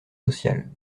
sociales